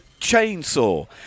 chainsaw